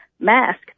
mask